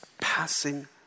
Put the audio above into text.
passing